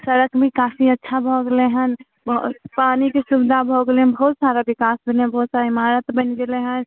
सड़क भी काफी अच्छा भऽ गेलै हँ पानीके सुविधा भऽ गेलै बहुत सारा विकास भेलै बहुत सारा इमारत बनि गेलै हँ